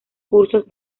cursos